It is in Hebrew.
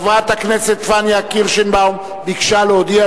חברת הכנסת פניה קירשנבאום ביקשה להודיע